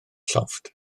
llofft